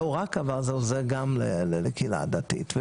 לא רק, אבל זה עוזר גם לקהילה הדתית.